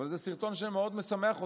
אבל זה סרטון שמאוד משמח אותי.